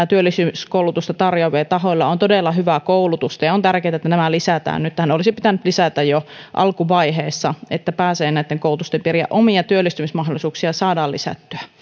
työllisyyskoulutusta tarjoa villa tahoilla on todella hyvää koulutusta ja on tärkeätä että nämä lisätään nyt ne olisi pitänyt lisätä jo alkuvaiheessa että pääsee näitten koulutusten piiriin ja omia työllistymismahdollisuuksia saadaan lisättyä